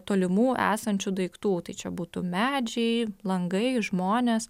tolimų esančių daiktų tai čia būtų medžiai langai žmonės